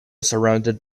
surrounded